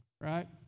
Right